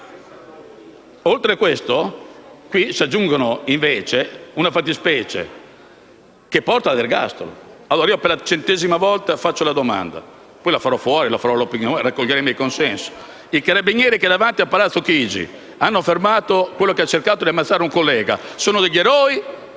oltre a questo, qui si aggiunge invece una fattispecie che porta all'ergastolo. Per la centesima volta faccio la domanda, ma la farò anche fuori, all'opinione pubblica, raccogliendo consensi: i carabinieri che davanti a Palazzo Chigi hanno fermato quello che ha cercato di ammazzare un collega sono degli eroi